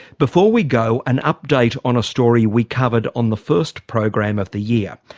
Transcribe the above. before we go, an update on a story we covered on the first program of the year.